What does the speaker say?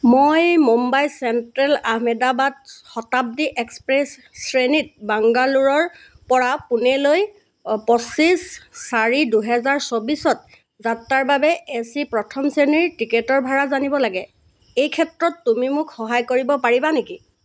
মই Mumbai central Ahmedabad Shatabdi express শ্ৰেণীত বাংগালোৰপৰা পুনেলৈ পঁচিছ চাৰি দুহেজাৰ চৌবিছত যাত্ৰাৰ বাবে এ চি প্ৰথম শ্ৰেণীৰ টিকটৰ ভাড়া জানিব লাগে এইক্ষেত্ৰত তুমি মোক সহায় কৰিব পাৰিবা নেকি